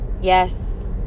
Yes